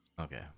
Okay